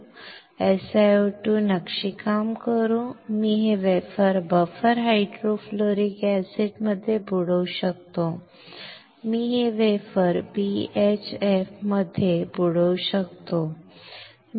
तर SiO2 नक्षीकाम करून मी हे वेफर बफर हायड्रोफ्लोरिक ऍसिडमध्ये बुडवू शकतो मी हे वेफर बीएचएफमध्ये बुडवू शकतो